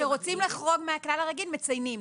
שרוצים לחרוג מהכלל הרגיל, מציינים זאת.